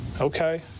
Okay